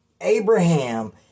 Abraham